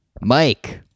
Mike